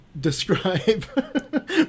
describe